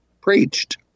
preached